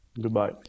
Goodbye